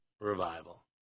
revival